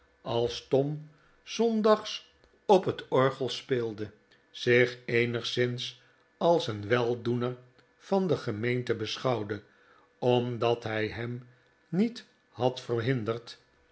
als tom s zondags op het orgel speelde zich eenigszins als een weldoener van de gemeente beschouwde omdat hij hem niet had